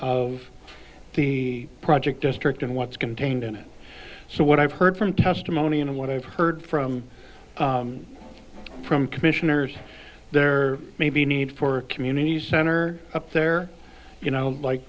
of the project district and what's contained in it so what i've heard from testimony and what i've heard from from commissioners there may be a need for a community center up there you know like